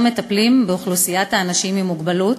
מטפלים באוכלוסיית האנשים עם מוגבלות